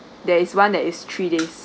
there is one that is three days